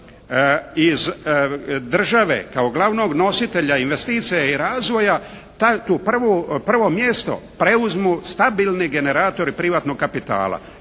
iz države kao glavnog nositelja investicije i razvoja to prvo mjesto preuzmu stabilni generatori privatnog kapitala.